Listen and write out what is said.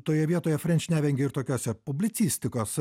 toje vietoje frenč nevengia ir tokiose publicistikos